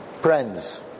Friends